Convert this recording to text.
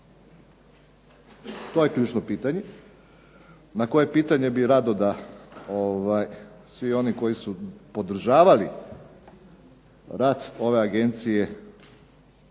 To je ključno pitanje, na koje pitanje bih rado da svi oni koji su podržavali rad ove agencije